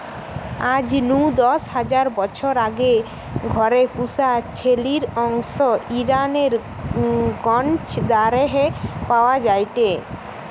আজ নু দশ হাজার বছর আগে ঘরে পুশা ছেলির অংশ ইরানের গ্নজ দারেহে পাওয়া যায়টে